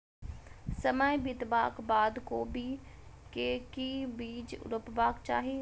समय बितबाक बाद कोबी केँ के बीज रोपबाक चाहि?